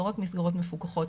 לא רק מסגרות מפוקחות,